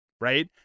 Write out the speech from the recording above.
right